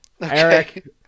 Eric